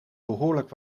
behoorlijk